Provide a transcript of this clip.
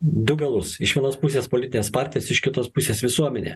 du galus iš vienos pusės politinės partijos iš kitos pusės visuomenė